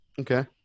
Okay